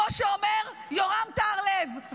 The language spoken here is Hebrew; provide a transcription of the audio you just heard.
כמו שאומר יורם טהרלב,